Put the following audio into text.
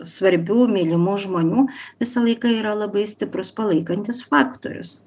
svarbių mylimų žmonių visą laiką yra labai stiprus palaikantis faktorius